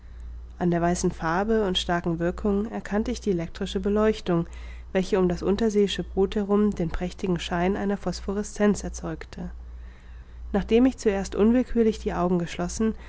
an der weißen farbe und starken wirkung erkannte ich die elektrische beleuchtung welche um das unterseeische boot herum den prächtigen schein einer phosphorescenz erzeugte nachdem ich zuerst unwillkürlich die augen geschlossen